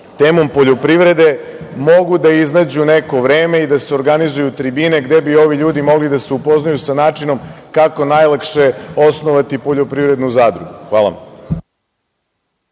temom poljoprivrede mogu da iznađu neko vreme i da se organizuju tribine, gde bi ovi ljudi mogli da se upoznaju sa načinom kako najlakše osnovati poljoprivrednu zadrugu? Hvala.